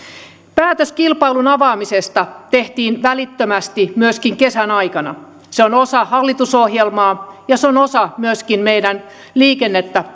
päätös kilpailun avaamisesta tehtiin myöskin välittömästi kesän aikana se on osa hallitusohjelmaa ja se on osa myöskin meidän liikennettä